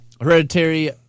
Hereditary